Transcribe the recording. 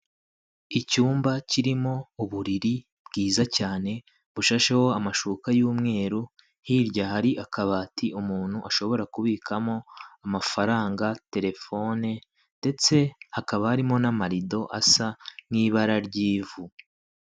Icyumba kirimo uburiri bwiza cyane, bushasheho amashuka y'umweru, hirya hari akabati umuntu ashobora kubikamo amafaranga, telefone, ndetse hakaba harimo n'amarido asa nk'ibara ry'ivu.